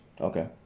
Okay